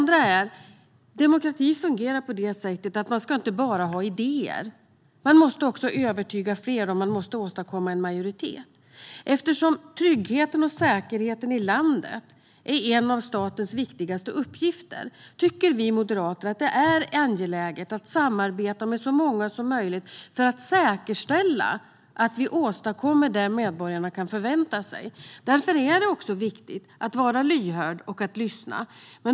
Demokrati fungerar på det sättet att det inte räcker med att bara ha idéer. Man måste också övertyga fler och åstadkomma en majoritet. Eftersom tryggheten och säkerheten i landet är en av statens viktigaste uppgifter tycker vi moderater att det är angeläget att samarbeta med så många som möjligt för att säkerställa att vi åstadkommer det medborgarna kan förvänta sig. Därför är det också viktigt att vara lyhörd och att lyssna.